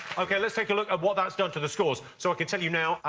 ok, let's take a look at what that's done to the scores. so i can tell you now,